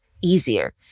easier